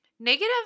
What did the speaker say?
negative